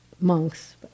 monks